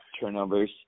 turnovers